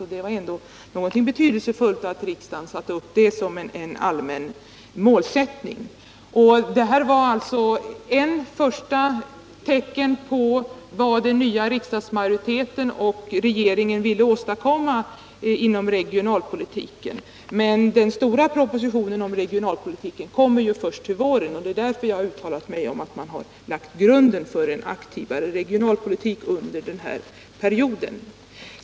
Och det var ändå betydelsefullt att riksdagen satte upp det som en allmän målsättning. Detta var det första tecknet på vad den nya riksdagsmajoriteten och regeringen ville åstadkomma inom regionalpolitiken. Men den stora propositionen om regionalpolitiken kommer ju först till våren, och det är därför jag uttalade mig om att vi lagt grunden för en aktivare regionalpolitik under den här regeringsperioden.